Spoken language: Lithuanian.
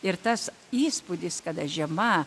ir tas įspūdis kada žiema